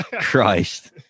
christ